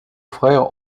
frères